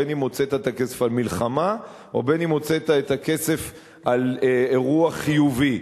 בין שהוצאת את הכסף על מלחמה ובין שהוצאת את הכסף על אירוע חיובי.